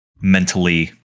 mentally